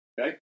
Okay